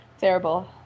terrible